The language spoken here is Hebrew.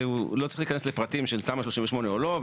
ולא צריך להיכנס לפרטים של תמ"א 38 או לא.